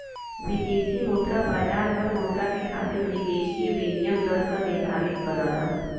विदेशी मुद्रा बाजार हर मुद्रा के खातिर विदेशी विनिमय दर निर्धारित करला